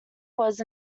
was